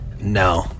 no